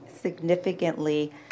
significantly